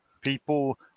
People